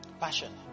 Passion